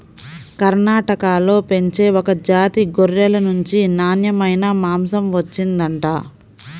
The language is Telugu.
కర్ణాటకలో పెంచే ఒక జాతి గొర్రెల నుంచి నాన్నెమైన మాంసం వచ్చిండంట